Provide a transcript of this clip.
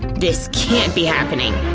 this can't be happening!